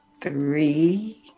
three